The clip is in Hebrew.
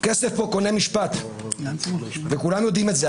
כסף קונה פה משפט, וכולנו יודעים את זה.